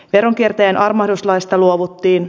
veronkiertäjien armahduslaista luovuttiin